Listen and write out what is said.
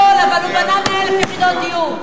אבל הוא בנה 100,000 יחידות דיור.